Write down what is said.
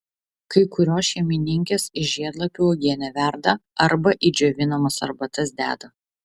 kai kurios šeimininkės iš žiedlapių uogienę verda arba į džiovinamas arbatas deda